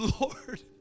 Lord